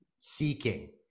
seeking